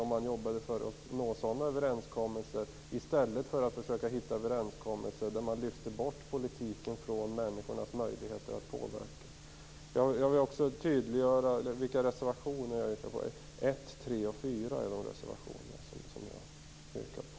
Man borde jobba för att nå sådana överenskommelser i stället för att försöka hitta överenskommelser där man lyfter bort politiken från människornas möjligheter att påverka. Jag vill också tydliggöra vilka reservationer jag yrkar bifall till. Det är reservation 1, 3 och 4.